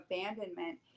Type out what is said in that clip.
abandonment